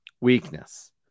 weakness